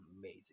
amazing